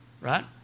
right